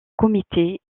comité